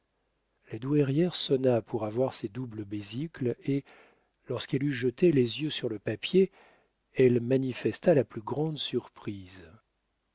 la douairière sonna pour avoir ses doubles besicles et lorsqu'elle eut jeté les yeux sur le papier elle manifesta la plus grande surprise